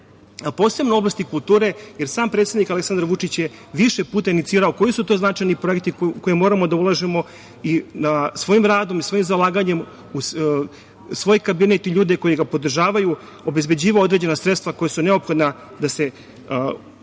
posebno u oblasti kulture, jer sam predsednik Aleksandar Vučić je više puta inicirao koji su to značajni projekti koje moramo da ulažemo i svojim radom i svojim zalaganjem svoj Kabinet i ljude koji ga podržavaju obezbeđivao određena sredstva koja su neophodna da se kako